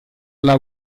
alla